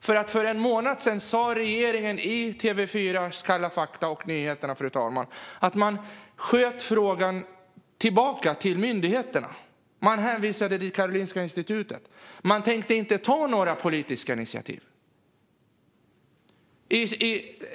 För en månad sedan sköt regeringen nämligen frågan ifrån sig i Kalla fakta och i Nyheterna i TV4 och hänvisade till Karolinska institutet. Man tänkte inte ta några politiska initiativ.